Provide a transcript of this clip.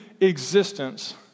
existence